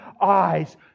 eyes